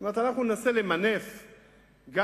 זאת אומרת,